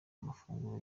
amafunguro